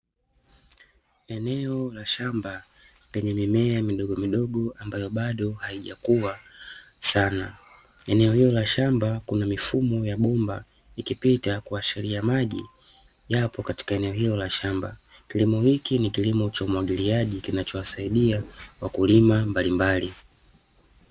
Eneo la shamba lenye mimea midogomidogo ambayo bado haijakuwa sana. Eneo hilo la shamba kuna mifumo ya bomba ikipita kuashiria maji yapo katika eneo hilo la shamba. Kilimo hiki ni kilimo cha umwagiliaji kinachowasaidia wakulima mbalimbali.